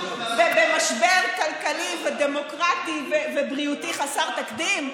במשבר כלכלי ודמוקרטי ובריאותי חסר תקדים,